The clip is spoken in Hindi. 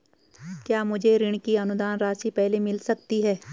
क्या मुझे ऋण की अनुदान राशि पहले मिल सकती है?